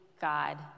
God